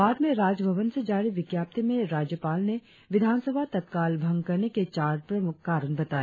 बाद में राजभवन से जारी विज्ञप्ति में राज्यपाल ने विधानसभा तत्काल भंग करने के चार प्रमुख कारण बताए